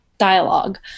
dialogue